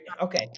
okay